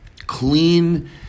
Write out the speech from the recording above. clean